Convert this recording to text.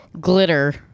glitter